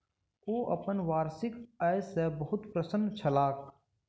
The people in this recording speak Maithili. ओ अपन वार्षिक आय सॅ बहुत प्रसन्न छलाह